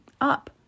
up